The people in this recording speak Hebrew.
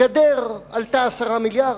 הגדר עלתה 10 מיליארד,